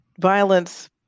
violence